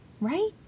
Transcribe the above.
right